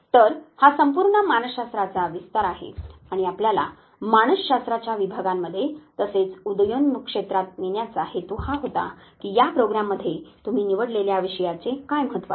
तर हा संपूर्ण मानसशास्त्राचा विस्तार आहे आणि आपल्याला मानसशास्त्राच्या विभागांमध्ये तसेच उदयोन्मुख क्षेत्रात नेण्याचा हेतू हा होता की या प्रोग्राममध्ये तुम्ही निवडलेल्या विषयाचे काय महत्व आहे